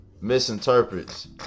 misinterprets